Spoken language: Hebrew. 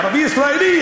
ערבי ישראלי,